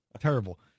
Terrible